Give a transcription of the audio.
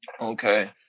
Okay